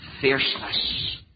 fierceness